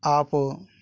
ఆపు